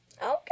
Okay